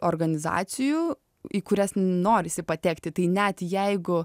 organizacijų į kurias norisi patekti tai net jeigu